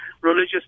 religious